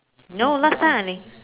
no last time any